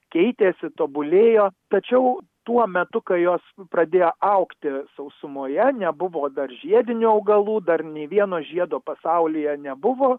keitėsi tobulėjo tačiau tuo metu kai jos pradėjo augti sausumoje nebuvo dar žiedinių augalų dar nė vieno žiedo pasaulyje nebuvo